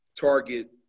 target